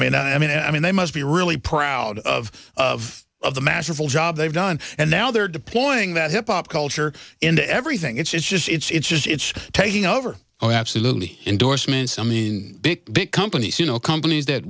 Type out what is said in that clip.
mean i mean they must be really proud of of of the masterful job they've done and now they're deploying that hip hop culture into everything it's just it's just it's taking over oh absolutely endorsements i mean big big companies you know companies that